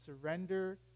surrender